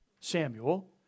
Samuel